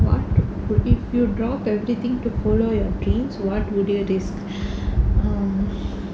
what would you if you drop everything to follow your dreams what would you risk um